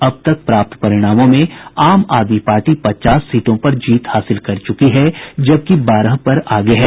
अब तक प्राप्त परिणामों में आम आदमी पार्टी पचास सीटों पर जीत हासिल कर चुकी है जबकि बारह पर आगे है